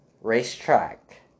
Racetrack